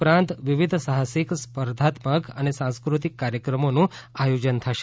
ઉપરાંત વિવિધ સાહસિક સ્પર્ધાત્મક અને સાંસ્કૃતિક કાર્યક્રમોનું આથોજન થશે